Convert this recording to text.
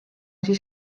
siis